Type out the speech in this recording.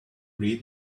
read